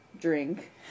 drink